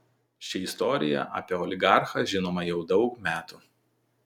ši istorija apie oligarchą žinoma jau daug metų